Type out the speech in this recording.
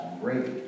great